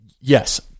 yes